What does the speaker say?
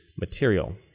material